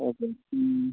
okay